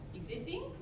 existing